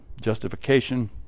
justification